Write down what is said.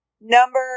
number